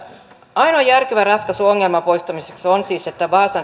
ainoa järkevä ratkaisu ongelman poistamiseksi on siis että vaasan